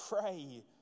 Pray